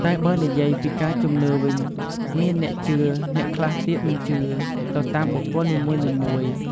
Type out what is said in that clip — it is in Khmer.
តែបើនិយាយពីការជំនឿវិញមានអ្នកជឿ អ្នកខ្លះទៀតមិនជឿ ទៅតាមបុគ្គលនីមួយៗ។